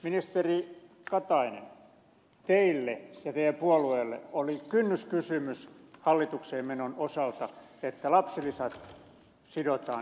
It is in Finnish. ministeri katainen teille ja teidän puolueellenne oli kynnyskysymys hallitukseen menon osalta että lapsilisät sidotaan indeksiin